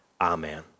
amen